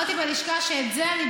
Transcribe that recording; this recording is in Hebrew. כן,